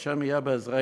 ה' יהיה בעזרנו